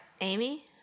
Amy